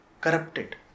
corrupted